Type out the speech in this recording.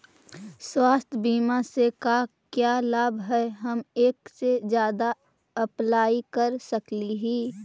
स्वास्थ्य बीमा से का क्या लाभ है हम एक से जादा अप्लाई कर सकली ही?